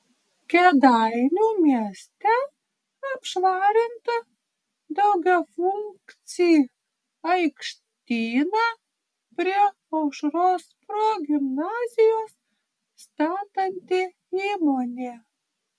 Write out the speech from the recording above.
kėdainių mieste apšvarinta daugiafunkcį aikštyną prie aušros progimnazijos statanti įmonė